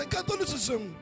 Catholicism